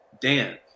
Dan